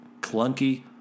clunky